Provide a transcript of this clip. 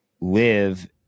live